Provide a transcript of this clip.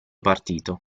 partito